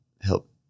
help